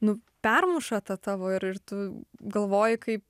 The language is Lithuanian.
nu permuša tą tavo ir tu galvoji kaip